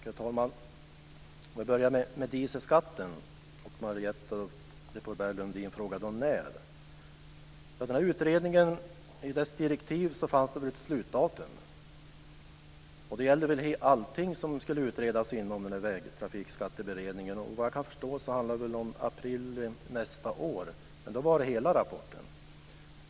Herr talman! Jag börjar med dieselskatten. Marietta de Pourbaix-Lundin frågade efter en tidpunkt. I utredningens direktiv fanns ett slutdatum, och det gäller väl för allting som skulle utredas i Vägtrafikskatteutredningen. Såvitt jag kan förstå handlar det om april nästa år för hela rapporten.